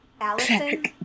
Allison